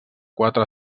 quatre